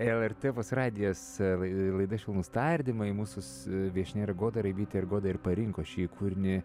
lrt opus radijas ir ir laida švelnūs tardymai mūsų s viešnia yra goda raibytė ir goda ir parinko šį kūrinį